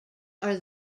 are